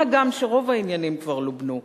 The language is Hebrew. מה גם שרוב העניינים כבר לובנו,